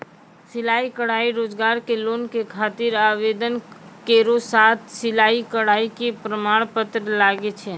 सिलाई कढ़ाई रोजगार के लोन के खातिर आवेदन केरो साथ सिलाई कढ़ाई के प्रमाण पत्र लागै छै?